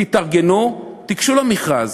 תתארגנו, תיגשו למכרז.